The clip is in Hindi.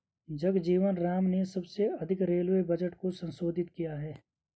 जगजीवन राम ने सबसे अधिक रेलवे बजट को संबोधित किया है